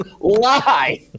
lie